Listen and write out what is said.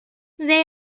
they